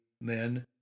men